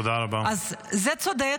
זה צודק?